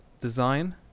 design